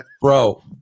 Bro